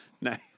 Nice